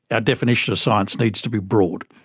ah definition of science needs to be broad.